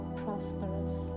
prosperous